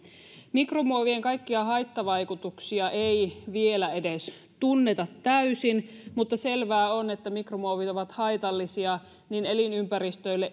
mikromuovien kaikkia haittavaikutuksia ei vielä edes tunneta täysin mutta selvää on että mikromuovit ovat haitallisia niin elinympäristöille